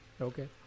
Okay